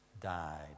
died